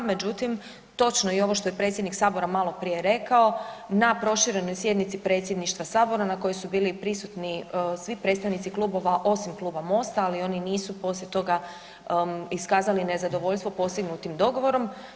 Međutim, točno je i ovo što je predsjednik sabora maloprije rekao, na proširenoj sjednici predsjedništva sabora na kojoj su bili prisutni svi predstavnici klubova osim Kluba MOST-a, ali oni nisu poslije toga iskazali nezadovoljstvo postignutim dogovorom.